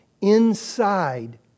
inside